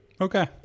Okay